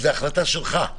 זו החלטה שלך.